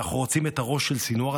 אנחנו רוצים את הראש של סנוואר,